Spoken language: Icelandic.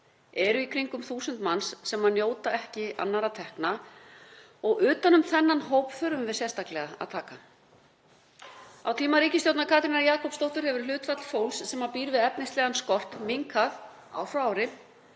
eru í kringum þúsund manns sem ekki njóta annarra tekna og utan um þennan hóp þurfum við sérstaklega að taka. Á tíma ríkisstjórnar Katrínar Jakobsdóttur hefur hlutfall fólks sem býr við efnislegan skort minnkað ár frá ári,